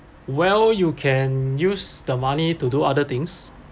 well you can use the money to do other things